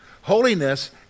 Holiness